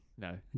No